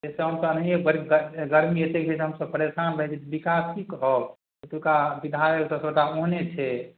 जइसे हमसभ अनाहिए गरमी एतेक छै जे हमसभ परेशान रहै छी विकास कि कहब एतुका विधायक तऽ सभटा ओहने छै